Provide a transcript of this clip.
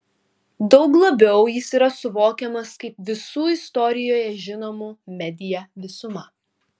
daug labiau jis yra suvokiamas kaip visų istorijoje žinomų media visuma